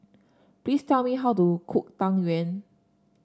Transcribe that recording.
please tell me how to cook Tang Yuen